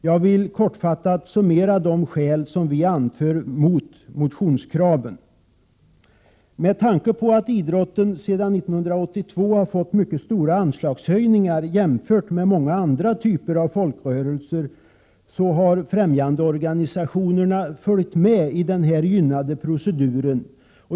Jag vill kortfattat redovisa de skäl som vi anför mot motionskraven. Med tanke på att idrotten sedan 1982 fått mycket stora anslagshöjningar jämfört med många andra typer av folkrörelser har främjandeorganisationerna följt med i denna gynnade procedur.